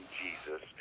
jesus